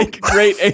great